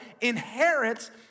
inherits